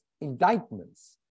indictments